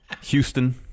Houston